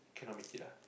cannot make it ah